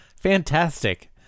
Fantastic